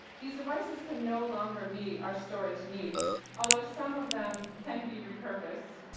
these devices can no longer meet our storage needs, although some of them can be repurposed.